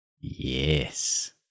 Yes